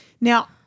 now